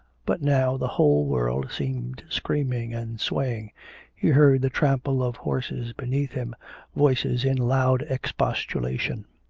but now the whole world seemed screaming and swaying he heard the trample of horses beneath him voices in loud expostulation.